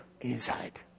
inside